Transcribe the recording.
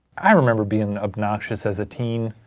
i remember being obnoxious as a teen.